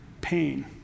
pain